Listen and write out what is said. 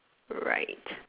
right